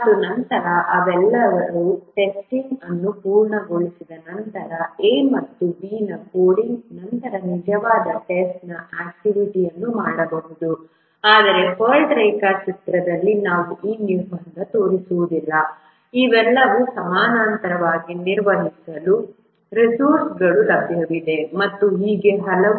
ಮತ್ತು ನಂತರ ಅವರೆಲ್ಲರೂ ಟೆಸ್ಟಿಂಗ್ ಅನ್ನು ಪೂರ್ಣಗೊಳಿಸಿದ ನಂತರ A ಮತ್ತು B ನ ಕೋಡಿಂಗ್ ನಂತರ ನಿಜವಾದ ಟೆಸ್ಟ್ ಆಕ್ಟಿವಿಟಿ ಅನ್ನು ಮಾಡಬಹುದು ಆದರೆ PERT ರೇಖಾಚಿತ್ರದಲ್ಲಿ ನಾವು ಈ ನಿರ್ಬಂಧವನ್ನು ತೋರಿಸುವುದಿಲ್ಲ ಇವೆಲ್ಲವನ್ನೂ ಸಮಾನಾಂತರವಾಗಿ ನಿರ್ವಹಿಸಲು ರಿಸೋರ್ಸ್ಗಳು ಲಭ್ಯವಿದೆ ಮತ್ತು ಹೀಗೆ ಹಲವು